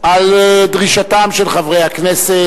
על דרישתם של חברי הכנסת,